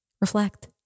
Reflect